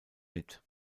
mit